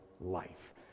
life